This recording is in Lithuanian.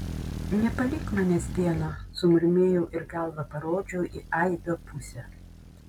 nepalik manęs vieno sumurmėjau ir galva parodžiau į aido pusę